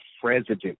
president